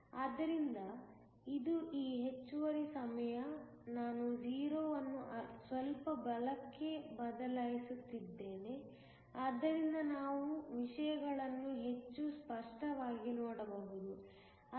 ಆದ್ದರಿಂದ ಇದು ಈ ಹೆಚ್ಚುವರಿ ಸಮಯ ನಾನು 0 ಅನ್ನು ಸ್ವಲ್ಪ ಬಲಕ್ಕೆ ಬದಲಾಯಿಸುತ್ತಿದ್ದೇನೆ ಆದ್ದರಿಂದ ನಾವು ವಿಷಯಗಳನ್ನು ಹೆಚ್ಚು ಸ್ಪಷ್ಟವಾಗಿ ನೋಡಬಹುದು